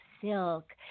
silk